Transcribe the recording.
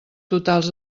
totals